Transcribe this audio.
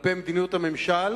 כלפי מדיניות הממשל,